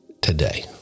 today